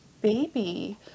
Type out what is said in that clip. baby